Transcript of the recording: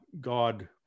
God